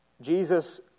Jesus